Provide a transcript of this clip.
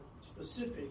specific